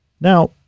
Now